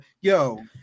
Yo